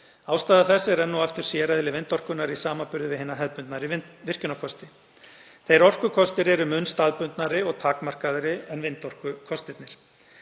Ástæða þess er enn og aftur séreðli vindorkunnar í samanburði við hina hefðbundnari virkjunarkosti. Þeir orkukostir eru mun staðbundnari og takmarkaðri en vindorkukostir.